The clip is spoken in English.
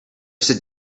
sit